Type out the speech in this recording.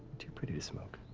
too pretty to smoke.